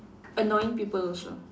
annoying people also